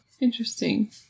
Interesting